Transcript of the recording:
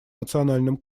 национальном